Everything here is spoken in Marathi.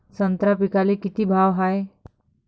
संत्रा पिकाले किती भाव हाये?